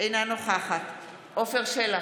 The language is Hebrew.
אינה נוכחת עפר שלח,